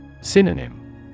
Synonym